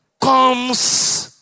comes